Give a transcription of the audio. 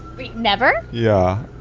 wait never? yeah,